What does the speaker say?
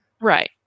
Right